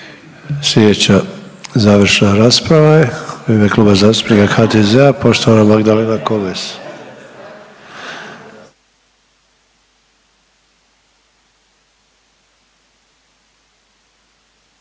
Sljedeća završna rasprava je u ime Kluba zastupnika HDZ-a poštovana Magdalena Komes.